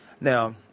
Now